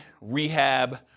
rehab